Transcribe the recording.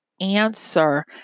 answer